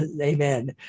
amen